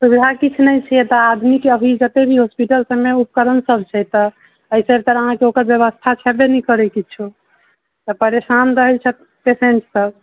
इहाँ किछु नहि छै एतऽ आदमी के अभी जते भी हॉस्पिटल सभमे उपकरण सभ छै तऽ एहि चलते अहाँके ओकर ब्यबस्था छबे नहि करै किछो तऽ परेशान रहै छथि पेशेन्ट सभ